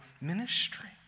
ministry